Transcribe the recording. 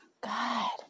God